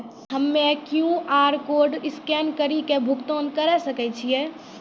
हम्मय QR code scan कड़ी के भुगतान करें सकय छियै?